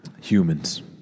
Humans